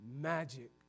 Magic